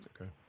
Okay